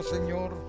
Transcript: Señor